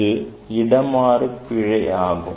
இது இடமாறு பிழை ஆகும்